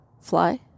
Fly